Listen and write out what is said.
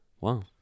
Wow